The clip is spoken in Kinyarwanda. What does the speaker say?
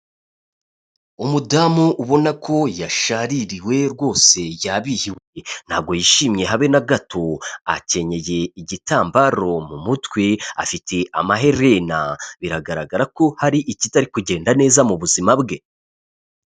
Umudamu ubona ko yashaririwe rwose yabihiwe, ntabwo yishimye habe na gato, akenyeye igitambaro mu mutwe, afite amaherena biragaragara ko hari ikitari kugenda neza mu buzima bwe.